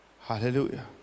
Hallelujah